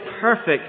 perfect